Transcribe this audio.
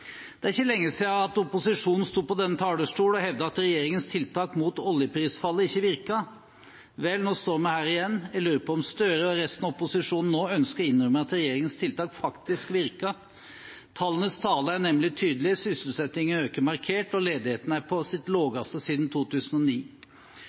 Det er ikke lenge siden opposisjonen sto på denne talerstolen og hevdet at regjeringens tiltak mot oljeprisfallet ikke virket. Vel, nå står vi her igjen. Jeg lurer på om Gahr Støre og resten av opposisjonen nå ønsker å innrømme at regjeringens tiltak faktisk virket. Tallenes tale er nemlig tydelige. Sysselsettingen øker markert, og ledigheten er på sitt